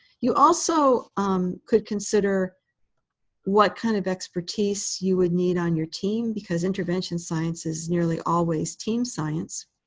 you also um could consider what kind of expertise you would need on your team, because intervention science is nearly always team science.